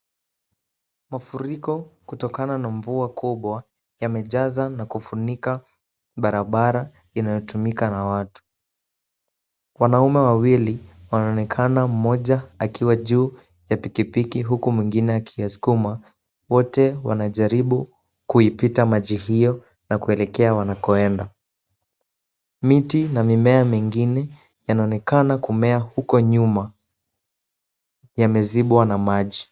Mafuriko kutokana na mvua kubwa yamejaza na kufunika barabara inayotumika na watu. Wanaume wawili wanaonekana mmoja akiwa juu ya pikipiki huku mwingine akiyasukuma, wote wanajaribu kuipita maji hiyo na kuelekea wanakoenda. Miti na mimea mingine yanaonekana kumea huko nyuma yamezibwa na maji.